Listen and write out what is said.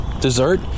dessert